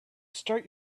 start